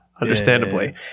understandably